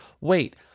wait